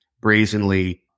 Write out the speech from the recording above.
brazenly